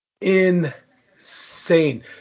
insane